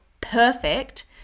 perfect